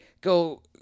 go